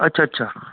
अच्छा अच्छा